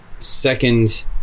second